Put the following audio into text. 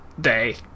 day